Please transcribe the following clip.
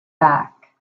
back